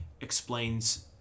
explains